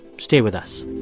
stay with us